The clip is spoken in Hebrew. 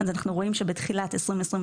בתחילת 2022